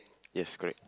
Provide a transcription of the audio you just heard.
yes correct